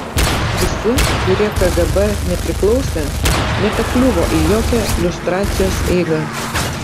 visi kurie kgb nepriklausė nepakliuvo į jokią liustracijos eigą